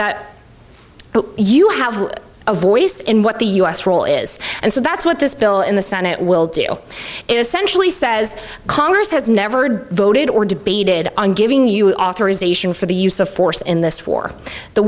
that you have a voice in what the u s role is and so that's what this bill in the senate will do it essentially says congress has never devoted or debated on giving you authorization for the use of force in this war the